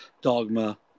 dogma